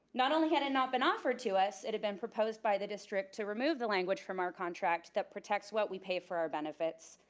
not only had it not been offered to us it had been proposed by the district to remove the language from our contract that protects what we pay for our benefits.